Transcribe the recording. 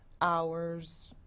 hours